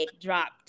dropped